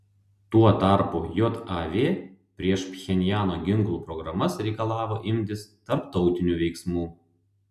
tuo tarpu jav prieš pchenjano ginklų programas reikalavo imtis tarptautinių veiksmų